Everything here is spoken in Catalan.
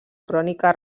crònica